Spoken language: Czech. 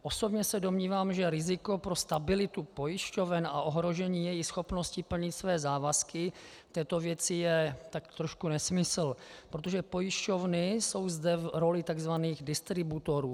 Osobně se domnívám, že riziko pro stabilitu pojišťoven a ohrožení její schopnosti plnit své závazky v této věci je tak trošku nesmysl, protože pojišťovny jsou zde v roli tzv. distributorů.